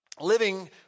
living